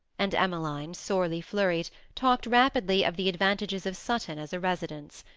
and emmeline, sorely flurried, talked rapidly of the advantages of sutton as a residence.